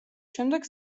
შემდეგ